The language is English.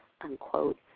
unquote